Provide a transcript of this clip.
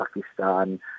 Pakistan